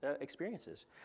experiences